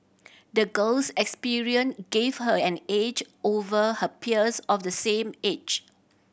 the girl's experience give her an edge over her peers of the same age